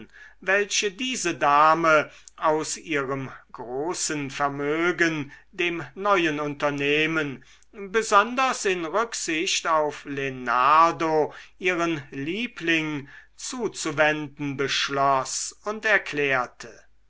welche diese dame aus ihrem großen vermögen dem neuen unternehmen besonders in rücksicht auf lenardo ihren liebling zuzuwenden beschloß und erklärte